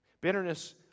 Bitterness